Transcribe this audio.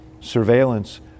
surveillance